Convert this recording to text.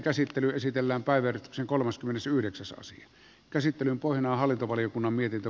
käsittelyn pohjana on hallintovaliokunnan mietintö